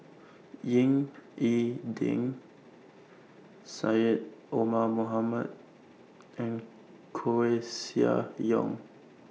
Ying E Ding Syed Omar Mohamed and Koeh Sia Yong